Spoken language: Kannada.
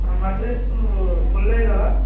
ನಮ್ಮ ಅಡ್ರೆಸ್ಸು ಕೊಳ್ಳೇಗಾಲ